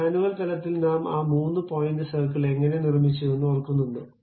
manual തലത്തിൽ നാം ആ മൂന്ന് പോയിന്റ് സർക്കിൾ എങ്ങനെ നിർമ്മിച്ചുവെന്ന് ഓർക്കുന്നുണ്ടോ